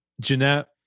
Jeanette